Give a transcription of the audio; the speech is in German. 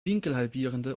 winkelhalbierende